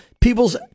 people's